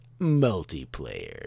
multiplayer